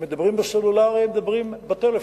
הם מדברים בסלולרי, הם מדברים בטלפון.